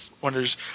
wonders